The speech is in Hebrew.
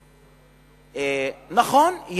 נכון,